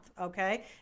Okay